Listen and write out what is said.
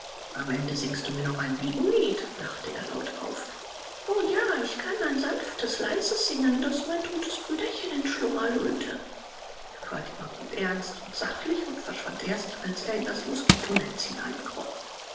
am ende singst du mir noch ein wiegenlied lachte er laut auf o ja ich kann ein sanftes leises singen das mein totes brüderchen in schlummer lullte fatima blieb ernst und sachlich und verschwand erst als er in das moskitonetz